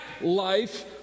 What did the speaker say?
life